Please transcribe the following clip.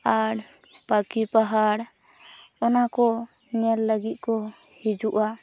ᱟᱨ ᱯᱟᱠᱷᱤ ᱯᱟᱦᱟᱲ ᱚᱱᱟᱠᱚ ᱧᱮᱞ ᱞᱟᱹᱜᱤᱫ ᱠᱚ ᱦᱤᱡᱩᱜᱼᱟ